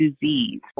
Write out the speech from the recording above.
disease